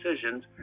decisions